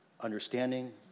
understanding